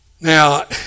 Now